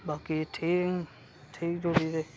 बाकी ठीक न ठीक जुड़े गेदे